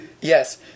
Yes